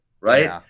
right